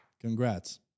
Congrats